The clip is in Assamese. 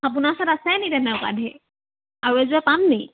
আপোনাৰ ওচৰত আছে নেকি তেনেকুৱা ঢেৰ আৰু এযোৰ পাম নেকি